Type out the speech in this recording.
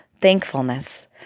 thankfulness